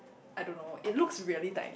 I don't know it looks really tiny